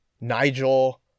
nigel